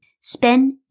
spend